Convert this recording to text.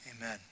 Amen